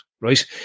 right